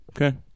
Okay